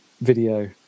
video